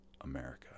America